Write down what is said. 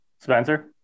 Spencer